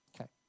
Okay